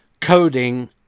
coding